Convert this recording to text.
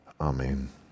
Amen